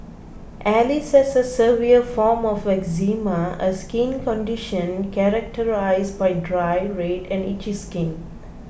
Alice has a severe form of eczema a skin condition characterised by dry red and itchy skin